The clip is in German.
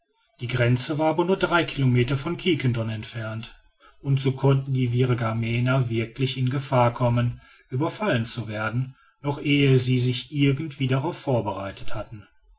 die grenze war aber nur drei kilometer von quiquendone entfernt und so konnten die virgamener wirklich in gefahr kommen überfallen zu werden noch ehe sie sich irgendwie darauf vorbereitet hatten